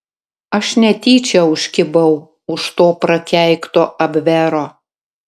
aš netyčia užkibau už to prakeikto abvero